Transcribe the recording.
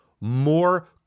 more